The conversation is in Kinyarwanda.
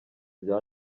bya